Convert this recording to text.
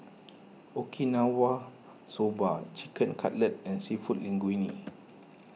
Okinawa Soba Chicken Cutlet and Seafood Linguine